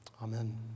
Amen